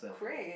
cray